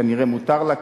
כנראה מותר לה,